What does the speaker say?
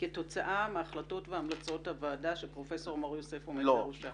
כתוצאה מהחלטות והמלצות הוועדה שפרופסור מור יוסף עומד בראשה.